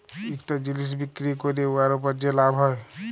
ইকটা জিলিস বিক্কিরি ক্যইরে উয়ার উপর যে লাভ হ্যয়